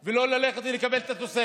גם על 2021 ולא ללכת ולקבל את התוספת,